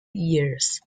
years